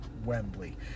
Wembley